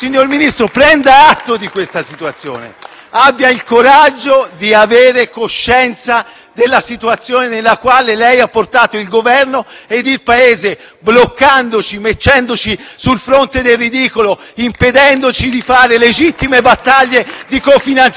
Abbia il coraggio di avere coscienza della situazione nella quale ha portato il Governo e il Paese, bloccandoci e mettendoci sul fronte del ridicolo, impedendoci di fare legittime battaglie di cofinanziamenti europei per far ripartire il nostro Paese.